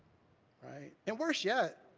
right? and worse yet,